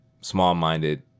small-minded